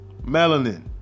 Melanin